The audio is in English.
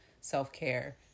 self-care